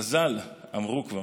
כבר חז"ל אמרו: